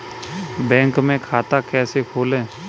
Bank में खाता कैसे खोलें?